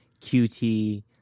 qt